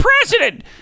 president